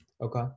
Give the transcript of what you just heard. Okay